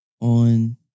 on